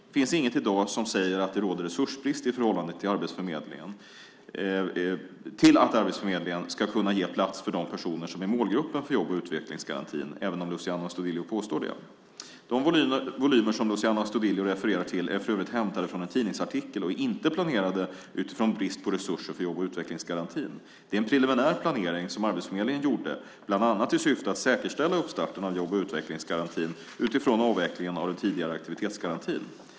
Det finns inget i dag som säger att det råder resursbrist i förhållande till att Arbetsförmedlingen ska kunna ge plats för de personer som är målgruppen för jobb och utvecklingsgarantin, även om Luciano Astudillo påstår det. De volymer som Luciano Astudillo refererar till är för övrigt hämtade från en tidningsartikel och är inte planerade utifrån brist på resurser för jobb och utvecklingsgarantin. Det är en preliminär planering som Arbetsförmedlingen gjorde bland annat i syfte att säkerställa starten av jobb och utvecklingsgarantin utifrån avvecklingen av den tidigare aktivitetsgarantin.